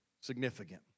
significant